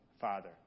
Father